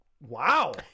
Wow